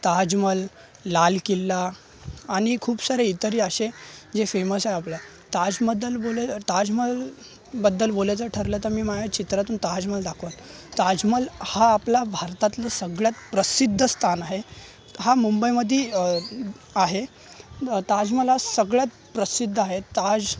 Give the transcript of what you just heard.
ताजमहल लाल किल्ला आणि खूप सारे इतरही असे जे फेमस आहे आपलं ताजबद्दल बोले ताजमहलबद्दल बोलायचं ठरलं तर मी माझ्या चित्रातून ताजमहल दाखवेन ताजमहल हा आपला भारतातलं सगळ्यात प्रसिद्ध स्थान आहे हा मुंबईमध्ये आहे ताजमहल हा सगळ्यात प्रसिद्ध आहे ताज